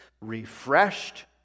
refreshed